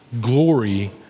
glory